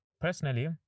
Personally